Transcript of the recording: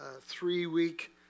three-week